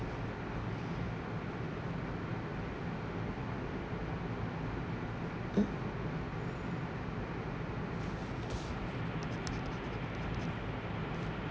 mm